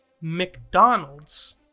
McDonald's